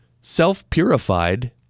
Self-purified